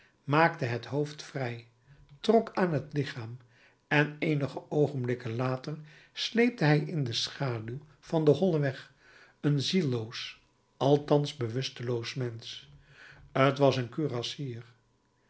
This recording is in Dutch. maakte het hoofd vrij trok aan het lichaam en eenige oogenblikken later sleepte hij in de schaduw van den hollen weg een zielloos althans bewusteloos mensch t was een kurassier